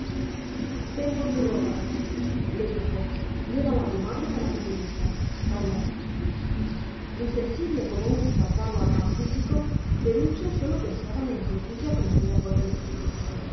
ven por tu ropa le dijo llévala a tu madre para que te vista calla insensible como un espartano al mal físico perucho sólo pensaba en la injusticia cometida con él